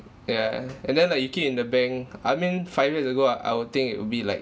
yeah and then like you keep in the bank I mean five years ago I would think it would be like